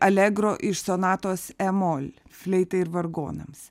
allegro iš sonatos e mol fleitai ir vargonams